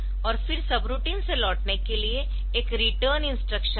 और फिर सबरूटीन से लौटने के लिए एक रीटर्न इंस्ट्रक्शन है